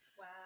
Wow